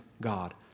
God